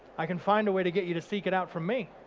i can find a way to get you to seek it out from me.